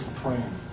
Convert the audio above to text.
praying